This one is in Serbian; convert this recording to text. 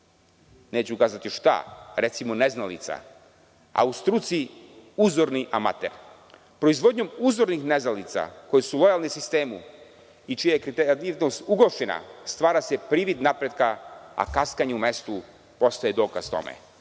neću kazati šta, recimo neznalica, a u struci uzorni amater, proizvodnjom uzornih neznalica koji su lojalni sistemu, i čiji je kreativnost ugrožena, stvara se privid napretka, a kaskanje u mestu postaje dokaz tome.